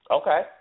Okay